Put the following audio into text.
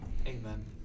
Amen